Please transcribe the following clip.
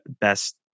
best